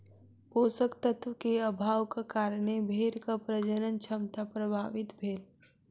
पोषक तत्व के अभावक कारणें भेड़क प्रजनन क्षमता प्रभावित भेल